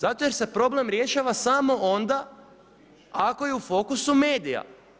Zato jer se problem rješava samo onda ako je u fokusu medija.